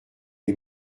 est